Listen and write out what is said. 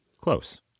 close